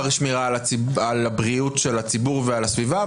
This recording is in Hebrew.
שמירה על הבריאות של הציבור ועל הסביבה,